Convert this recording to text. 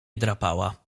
drapała